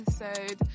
episode